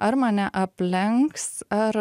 ar mane aplenks ar